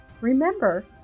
Remember